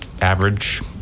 average